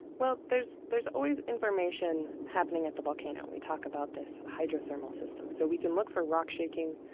well, there's there's always information happening at the volcano. we talk about this hydrothermal system. so we can look for rock shaking.